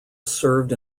served